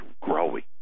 growing